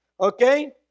Okay